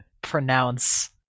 pronounce